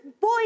boy